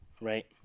right